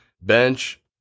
bench